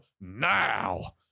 now